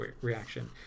reaction